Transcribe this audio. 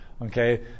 Okay